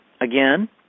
again